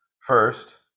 First